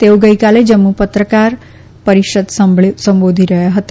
તેઓ ગઈકાલે જમ્મુમાં પત્રકાર પરિષદ સંબોધી રહયાં હતા